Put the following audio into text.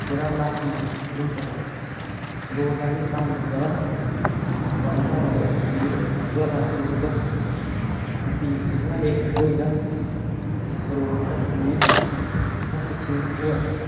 जेह्डा लाटी तू उधमपुर तक रोड दा अजें कम्म लग्गा दा ऐ बना दा ऐ रोड कम्पलीट होवा दा थोह्ड़ा थोह्ड़ा बाकी सुदमहादेव तक होई गेदा रोड जेह्ड़ा कम्पलीट तां पिच्छे होआ'रदा